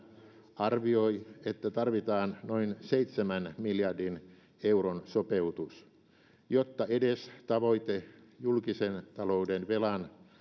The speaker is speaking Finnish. arvioi että tarvitaan noin seitsemän miljardin euron sopeutus jotta edes tavoite julkisen talouden velan